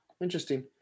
Interesting